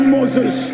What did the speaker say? Moses